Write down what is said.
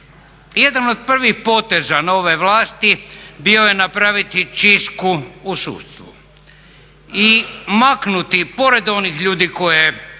jedan od prvih poteza nove vlasti bio je napraviti čistku u sudstvu. I maknuti, pored onih ljudi koji